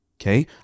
Okay